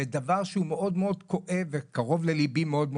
זה דבר שהוא מאוד מאוד כואב וקרוב לליבי מאוד,